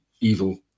evil